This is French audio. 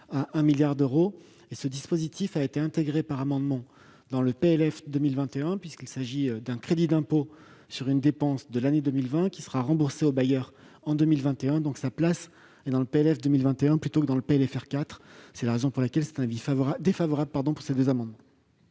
à 1 milliard d'euros ; il a été intégré par amendement dans le PLF pour 2021, puisqu'il s'agit d'un crédit d'impôt sur une dépense de l'année 2020 qui sera remboursée au bailleur en 2021. Sa place est donc dans le PLF pour 2021 plutôt que dans le PLFR 4. C'est la raison pour laquelle le Gouvernement émet un avis défavorable sur ces deux amendements.